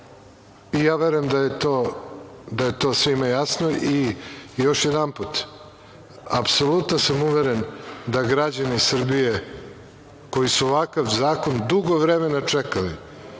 verujem da je to svima jasno i još jednom, apsolutno sam uveren da građani Srbije, koji su ovakav zakon dugo vremena čekali,